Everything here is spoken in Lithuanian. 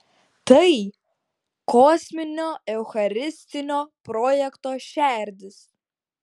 tai kosminio eucharistinio projekto šerdis